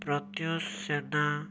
Pratyush Sena